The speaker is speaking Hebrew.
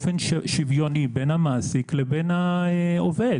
מחולק באופן שוויוני בין המעסיק לבין העובד.